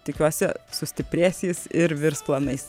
tikiuosi sustiprės jis ir virs planais